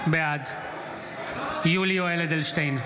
בעד יולי יואל אדלשטיין,